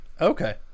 Okay